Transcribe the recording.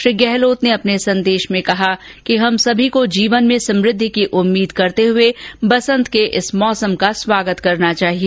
श्री गहलोत ने अपने संदेश में कहा कि हम सभी को जीवन में समुद्धि की उम्मीद करते हुए बसंत के इस मौसम का स्वागत करना चाहिए